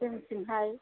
जोंनिथिंहाय